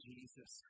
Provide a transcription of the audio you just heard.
Jesus